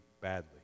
badly